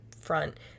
front